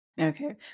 Okay